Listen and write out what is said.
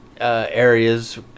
areas